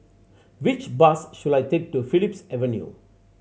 which bus should I take to Phillips Avenue